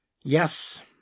Yes